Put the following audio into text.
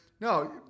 No